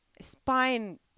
spine